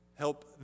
Help